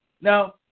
Now